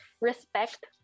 respect